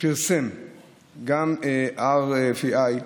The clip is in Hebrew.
פרסם גם RPI,